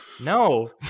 No